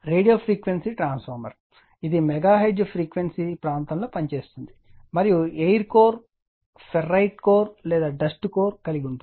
radio frequency transformer ఇది megahertz frequency ప్రాంతంలో పనిచేస్తోంది మరియు ఎయిర్ కోర్ ఫెర్రైట్ కోర్ లేదా డస్ట్ కోర్ కలిగి ఉంటుంది